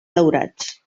daurats